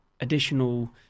additional